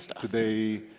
today